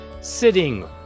sitting